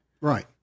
right